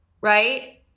right